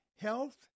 health